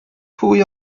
pwy